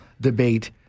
debate